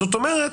זאת אומרת,